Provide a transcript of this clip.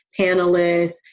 panelists